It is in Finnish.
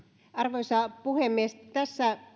arvoisa puhemies tässä